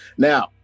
Now